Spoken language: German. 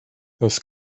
das